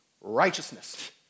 Righteousness